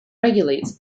regulates